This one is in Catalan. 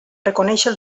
reconèixer